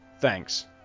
Thanks